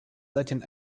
letting